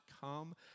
come